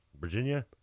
Virginia